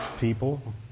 people